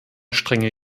strenge